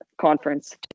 conference